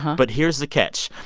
but here's the catch.